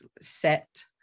set